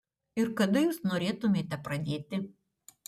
ir kada jūs norėtumėte pradėti